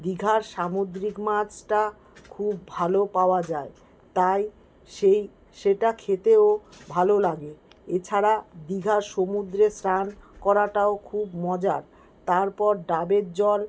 দীঘার সামুদ্রিক মাছটা খুব ভালো পাওয়া যায় তাই সেই সেটা খেতেও ভালো লাগে এছাড়া দীঘার সমুদ্রে স্নান করাটাও খুব মজার তারপর ডাবের জল